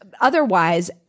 Otherwise